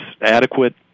adequate